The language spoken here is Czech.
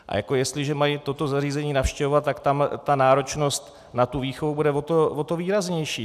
A jestliže mají toto zařízení navštěvovat, tak tam náročnost na výchovu bude o to výraznější.